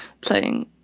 playing